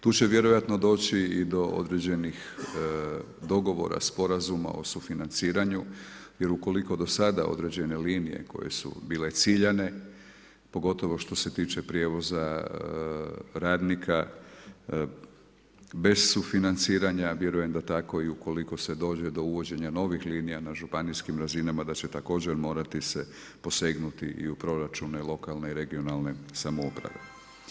Tu će vjerojatno doći i do određenih dogovora, sporazuma o sufinanciranju, jer ukoliko do sada određene linije, koje su bile ciljane, pogotovo što se tiče prijevoza radnika, bez sufinanciranja, vjerujem da tako ukoliko se dođe do novih linija na županijskim razinama, da će također morati se posegnuti i u proračun lokalne i regionalne samouprave.